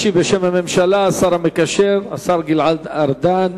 ישיב בשם הממשלה השר המקשר, השר גלעד ארדן.